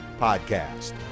Podcast